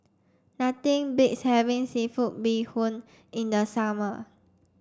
nothing beats having seafood Bee Hoon in the summer